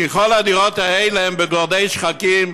כי כל הדירות האלה הן בגורדי שחקים,